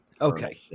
Okay